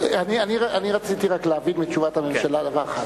אני רציתי רק להבין מתשובת הממשלה דבר אחד,